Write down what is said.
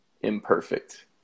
imperfect